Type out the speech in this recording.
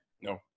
No